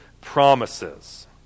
promises